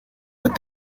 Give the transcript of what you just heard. but